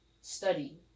Study